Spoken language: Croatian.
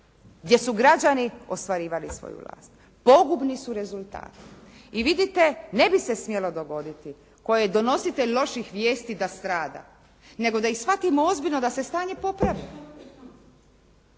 gdje su građani ostvarivali svoju vlast. Pogubni su rezultati. I vidite ne bi se smjelo dogoditi, tko je donositelj loših vijesti da strada, nego da ih shvatimo ozbiljno da se stanje popravi.